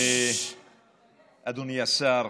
אדוני השר.